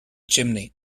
chimney